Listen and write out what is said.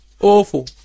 Awful